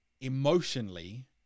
emotionally